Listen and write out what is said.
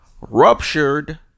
Ruptured